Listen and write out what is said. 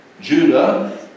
Judah